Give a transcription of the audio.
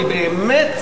כי באמת,